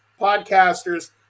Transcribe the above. podcasters